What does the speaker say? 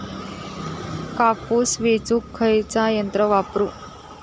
कापूस येचुक खयला यंत्र वापरू?